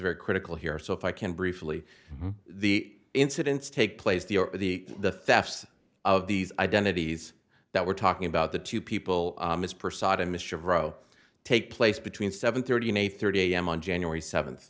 very critical here so if i can briefly the incidents take place the or the the theft of these identities that we're talking about the two people mr of row take place between seven thirty and eight thirty am on january seventh